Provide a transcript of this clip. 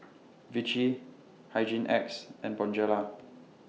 Vichy Hygin X and Bonjela